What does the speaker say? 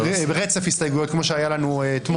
כמו שהיה לנו אתמול.